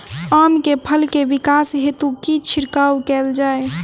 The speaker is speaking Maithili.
आम केँ फल केँ विकास हेतु की छिड़काव कैल जाए?